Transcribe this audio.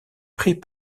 prit